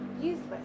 useless